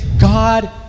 God